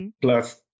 plus